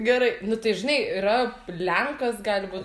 gerai nu tai žinai yra lenkas gali būt